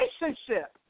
relationship